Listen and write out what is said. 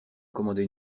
commandait